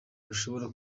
bashobora